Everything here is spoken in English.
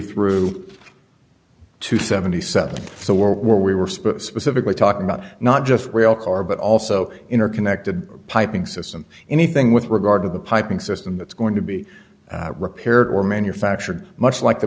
through to seventy seven dollars so we were specifically talking about not just railcar but also in our connected piping system anything with regard to the piping system that's going to be repaired or manufactured much like the